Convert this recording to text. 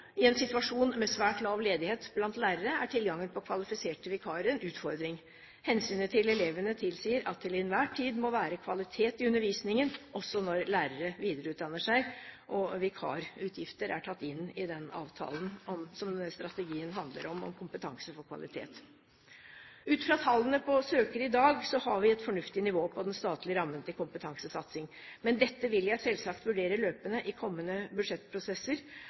I en situasjon med svært lav ledighet blant lærere er tilgangen på kvalifiserte vikarer en utfordring. Hensynet til elevene tilsier at det til enhver tid må være kvalitet i undervisningen, også når lærerne videreutdanner seg. Og vikarutgifter er tatt inn i den avtalen som strategien «Kompetanse for kvalitet» handler om. Ut fra tallene på søkere i dag har vi et fornuftig nivå på den statlige rammen til kompetansesatsing. Men dette vil jeg selvsagt vurdere løpende i kommende budsjettprosesser.